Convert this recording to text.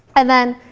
and then,